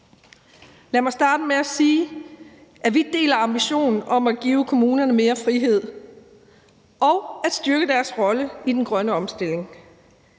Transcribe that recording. Lad mig starte med at sige, at vi deler ambitionen om at give kommunerne mere frihed og styrke deres rolle i den grønne omstilling.